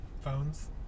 phones